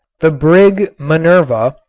the brig minerva,